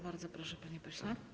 Bardzo proszę, panie pośle.